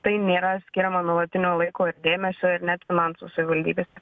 tai nėra skiriama nuolatinio laiko ir dėmesio ir net finansų savivaldybėse